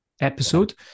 episode